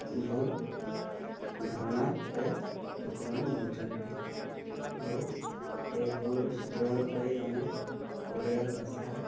ଭୁଲ୍ ଧାରଣାରେ ଲୋକମାନେ ନଉଛନ୍ତି ଆଉ ଏ ଭୁଲ୍ ସୁଧାର ପାଇଁ ଆମ ଓଡ଼ିଆ ଭାଷା